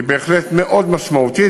היא בהחלט מאוד משמעותית.